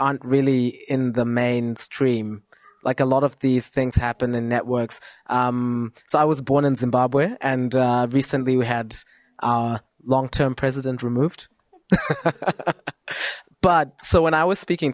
aren't really in the mainstream like a lot of these things happen in networks so i was born in zimbabwe and recently we had a long term president removed but so when i was speaking